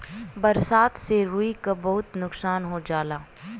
बरसात से रुई क बहुत नुकसान हो जाला